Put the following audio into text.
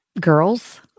girls